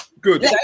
Good